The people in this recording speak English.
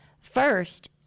First